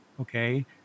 okay